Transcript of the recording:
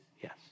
yes